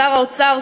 שר האוצר,